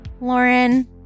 Lauren